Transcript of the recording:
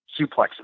suplexes